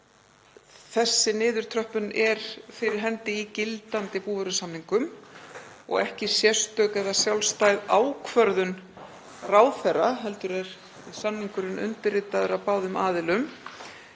Þessi niðurtröppun er fyrir hendi í gildandi búvörusamningum og er ekki sérstök eða sjálfstæð ákvörðun ráðherra heldur er samningurinn undirritaður af báðum aðilum.